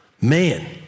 Man